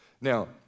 Now